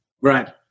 Right